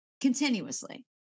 continuously